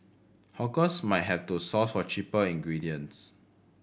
hawkers might have to source for cheaper ingredients